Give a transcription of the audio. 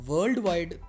Worldwide